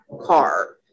car